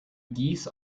geese